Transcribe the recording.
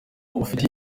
ufite